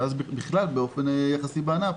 ואז בכלל באופן יחסי בענף,